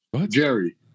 Jerry